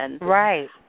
Right